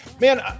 Man